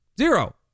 zero